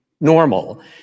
normal